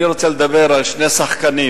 אני רוצה לדבר על שני שחקנים,